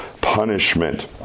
punishment